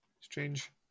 Strange